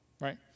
Right